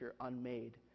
unmade